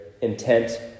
intent